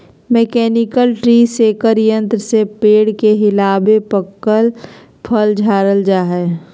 mechanical tree shaker यंत्र से पेड़ के हिलाके पकल फल झारल जा हय